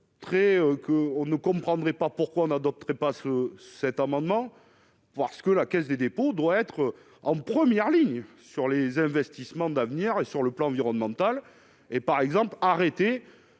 on ne comprendrait pas pourquoi on n'adopterait pas ce cet amendement parce que la Caisse des dépôts, doit être en première ligne sur les investissements d'avenir et sur le plan environnemental et, par exemple, d'arrêter